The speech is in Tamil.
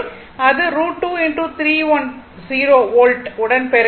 √2 310 வோல்ட் உடன் பெருக்க வேண்டும்